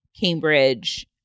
Cambridge